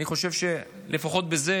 אני חושב שלפחות בזה